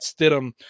Stidham